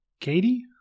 Katie